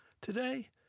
Today